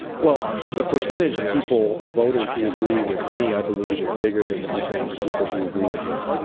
well, the percentage of people of voters who agree with me, i believe, is bigger than the percentage of people who agree with him,